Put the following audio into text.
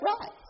right